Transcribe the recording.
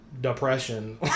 depression